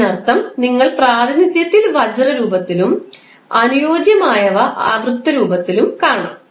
അതിനർത്ഥം നിങ്ങൾ പ്രാതിനിധ്യത്തിൽ വജ്ര രൂപത്തിലും അനുയോജ്യമായി വൃത്തരൂപത്തിലും കാണാം